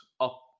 up